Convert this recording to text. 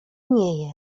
nie